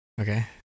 Okay